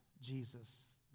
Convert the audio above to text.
Jesus